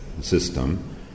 system